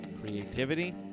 creativity